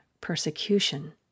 persecution